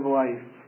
life